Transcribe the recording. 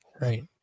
Right